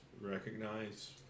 recognize